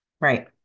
Right